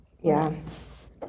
Yes